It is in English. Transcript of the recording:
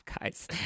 guys